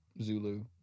Zulu